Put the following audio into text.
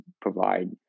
provide